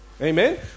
Amen